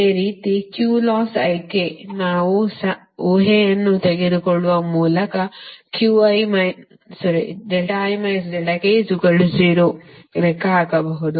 ಅದೇ ರೀತಿ ನಾವು ಊಹೆಯನ್ನು ತೆಗೆದುಕೊಳ್ಳುವ ಮೂಲಕ ಲೆಕ್ಕ ಹಾಕಬಹುದು